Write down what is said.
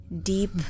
deep